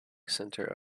center